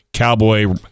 cowboy